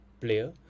player